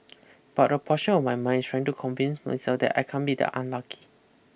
but a portion of my mind is trying to convince myself that I can't be that unlucky